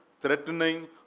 threatening